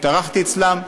התארחתי אצלם,